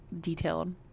detailed